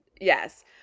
yes